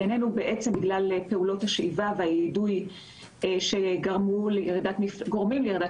עיננו בגלל פעולות השאיבה והאידוי שגורמים לירידת